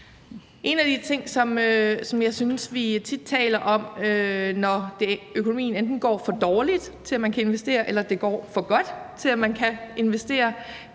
En af de ting, som jeg synes vi tit taler om, når økonomien enten går for dårligt til, at man kan investere, eller går for godt til, at man kan investere,